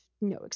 no